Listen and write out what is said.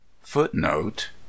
Footnote